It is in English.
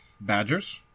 badgers